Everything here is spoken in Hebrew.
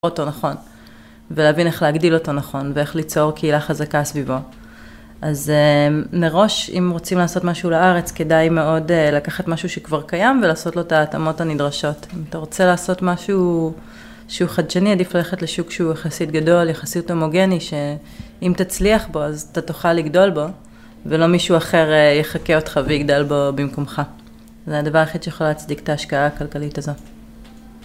אותו נכון, ולהבין איך להגדיל אותו נכון, ואיך ליצור קהילה חזקה סביבו. אז מראש, אם רוצים לעשות משהו לארץ, כדאי מאוד לקחת משהו שכבר קיים, ולעשות לו את ההתאמות הנדרשות. אם אתה רוצה לעשות משהו שהוא חדשני, עדיף ללכת לשוק שהוא יחסית גדול, יחסית הומוגני, שאם תצליח בו, אז אתה תוכל לגדול בו, ולא מישהו אחר יחקה אותך ויגדל בו במקומך. זה הדבר האחד שיכול להצדיק את ההשקעה הכלכלית הזאת.